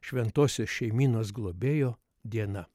šventosios šeimynos globėjo diena